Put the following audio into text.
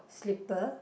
slipper